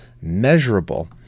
measurable